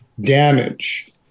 damage